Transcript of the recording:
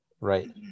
right